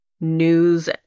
news